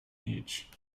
each